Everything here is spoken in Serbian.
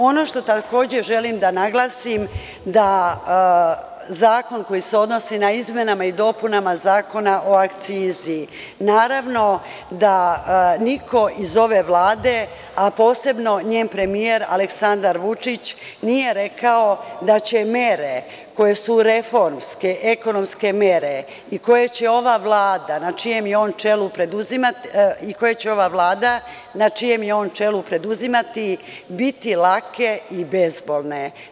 Ono što takođe želim da naglasim jeste zakon koji se odnosi na izmene i dopune Zakona o akcizama, naravno da niko iz ove Vlade, a posebno njen premijer Aleksandar Vučić nije rekao da će mere koje su reformske, ekonomske mere i koje će ova Vlada na čijem je on čelu preduzimati biti lake i bezbolne.